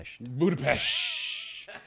Budapest